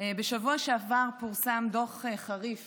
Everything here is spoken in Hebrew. בשבוע שעבר פורסם דוח חריף